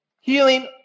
Healing